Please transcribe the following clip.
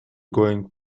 going